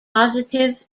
positive